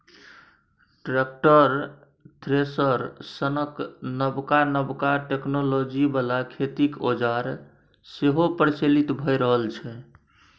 tractor, thresher सनक नबका नबका टेक्नोलॉजी बला खेतीक औजार सेहो प्रचलित भए रहल छै